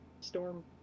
storm